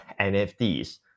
NFTs